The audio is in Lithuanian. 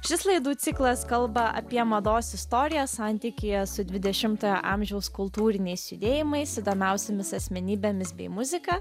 šis laidų ciklas kalba apie mados istoriją santykyje su dvidešimtojo amžiaus kultūriniais judėjimais įdomiausiomis asmenybėmis bei muzika